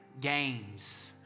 games